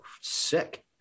sick